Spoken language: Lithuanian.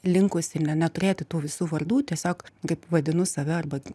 linkus ir neturėti tų visų vardų tiesiog kaip vadinu save arba